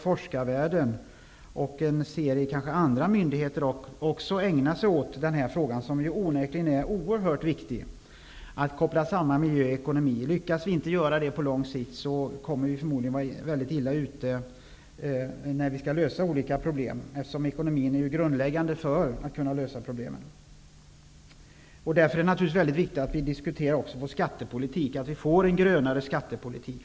Forskarvärlden och kanske också en rad myndigheter borde ägna sig åt den här frågan, som onekligen är oerhört viktig. Det gäller alltså att koppla samman miljö och ekonomi. Om vi inte lyckas göra det på lång sikt, kommer vi förmodligen att vara väldigt illa ute när vi skall lösa de olika problemen. Ekonomin är ju grundläggande för våra möjligheter att lösa problemen. Därför är det också väldigt viktigt att vi diskuterar vår skattepolitik. Det är väsentligt att vi får en grönare skattepolitik.